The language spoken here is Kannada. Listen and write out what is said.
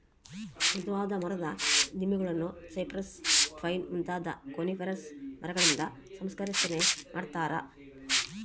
ಮೃದುವಾದ ಮರದ ದಿಮ್ಮಿಗುಳ್ನ ಸೈಪ್ರೆಸ್, ಪೈನ್ ಮುಂತಾದ ಕೋನಿಫೆರಸ್ ಮರಗಳಿಂದ ಸಂಸ್ಕರಿಸನೆ ಮಾಡತಾರ